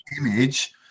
image